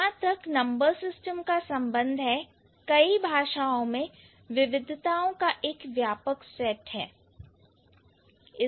जहां तक number system का संबंध है कई भाषाओं में विविधताओं का एक व्यापक सेट है